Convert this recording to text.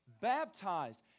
baptized